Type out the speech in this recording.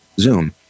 zoom